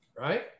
right